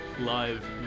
live